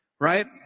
right